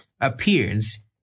appears